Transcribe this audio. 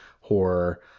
horror